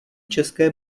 české